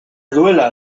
duela